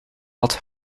wat